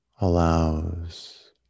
allows